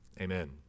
Amen